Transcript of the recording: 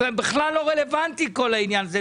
זה בכלל לא רלוונטי כל העניין הזה.